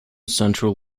central